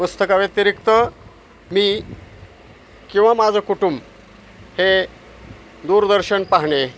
पुस्तकाव्यतिरिक्त मी किंवा माझं कुटुंब हे दूरदर्शन पाहणे